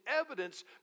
evidence